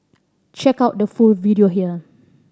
check out the full video here